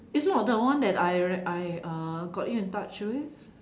it's not the one that I rec~ I uh got you in touch with